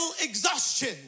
exhaustion